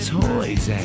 toys